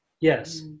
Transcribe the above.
Yes